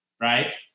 right